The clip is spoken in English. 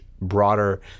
broader